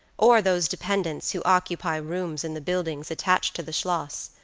or those dependents who occupy rooms in the buildings attached to the schloss.